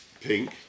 pink